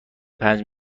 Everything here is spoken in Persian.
پنج